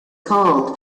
called